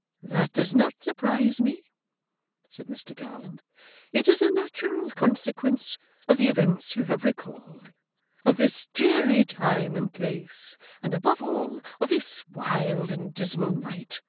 that does not surprise me said mr garland it is a natural consequence of the events you have recalled of this dreary time and place and above all, of this wild and dismal night.